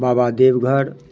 Baba Deoghar